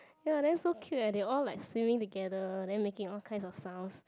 ya then so cute eh they all like swimming together then making all kinds of sounds